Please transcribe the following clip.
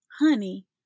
honey